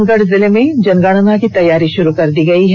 रामगढ़ जिले में जनगणना की तैयारी शुरू कर दी गई है